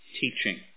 teaching